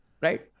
Right